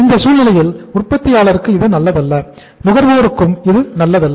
இந்த சூழ்நிலையில் உற்பத்தியாளருக்கு இது நல்லதல்ல நுகர்வோருக்கும் இது நல்லதல்ல